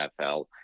NFL